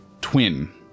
twin